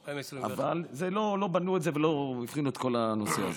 2021. אבל לא בנו את זה ולא הבחינו את כל הנושא הזה.